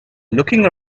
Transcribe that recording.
looking